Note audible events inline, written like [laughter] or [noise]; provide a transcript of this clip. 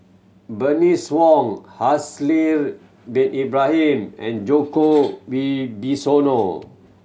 Bernice Wong Haslir Bin Ibrahim and Djoko [unintelligible] Wibisono